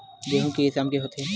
गेहूं के किसम के होथे?